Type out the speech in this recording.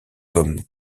comme